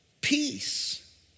peace